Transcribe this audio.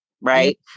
right